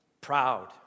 proud